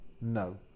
No